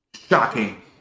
shocking